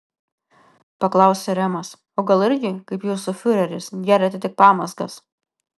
paklausė remas o gal irgi kaip jūsų fiureris geriate tik pamazgas